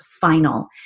final